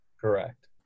Correct